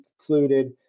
concluded